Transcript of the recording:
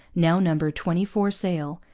now numbered twenty-four sail,